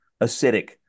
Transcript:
acidic